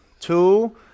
Two